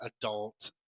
adult